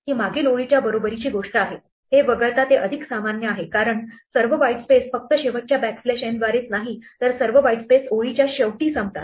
ही मागील ओळीच्या बरोबरीची गोष्ट आहे हे वगळता ते अधिक सामान्य आहे कारण सर्व व्हाईट स्पेस फक्त शेवटच्या बॅकस्लॅश n द्वारेच नाही तर सर्व व्हाईट स्पेस ओळीच्या शेवटी संपतात